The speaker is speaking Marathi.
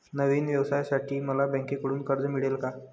नवीन व्यवसायासाठी मला बँकेकडून कर्ज मिळेल का?